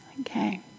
Okay